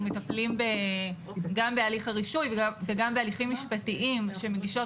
אנחנו מטפלים גם בהליך הרישוי וגם בהליכים משפטיים שמגישות